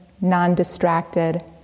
non-distracted